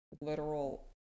literal